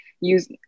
use